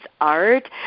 art